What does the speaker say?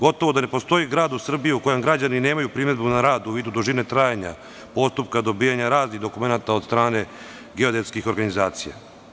Gotovo da ne postoji gradu u Srbiji u kome građani nemaju primedbu na rad u vidu dužine trajanja postupka dobijanja raznih dokumenata od strane geodetskih organizacija.